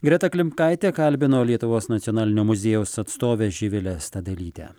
greta klimkaitė kalbino lietuvos nacionalinio muziejaus atstovę živilę stadalytę